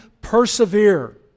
persevere